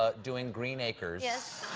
ah doing green acres. yes.